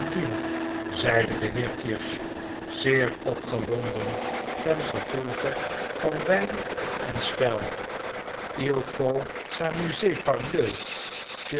de heer kirsch zeer opgewonden tengevolge van wijn en spel faut s'amuser parbleu